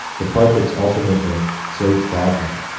the part that's ultimately so tragic,